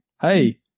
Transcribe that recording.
hey